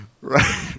Right